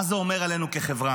מה זה אומר עלינו כחברה?